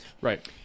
right